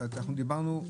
היושב-ראש,